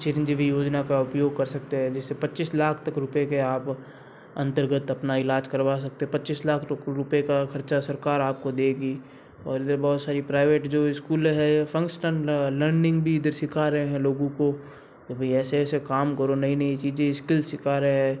चिरंजीवी योजना का उपयोग कर सकते हैं जिससे पच्चीस लाख तक रुपये के आप अंतर्गत अपना इलाज करवा सकते हैं पच्चीस लाख रुपये का खर्चा सरकार आपको देगी और इधर बहुत सारी प्राइवेट जो स्कूल हैं फंक्शनल लर्निंग भी इधर सिखा रहे हैं लोगों को वो भी ऐसे ऐसे काम करो नई नई चीजें स्किल सिखा रहे हैं